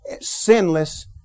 sinless